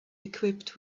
equipped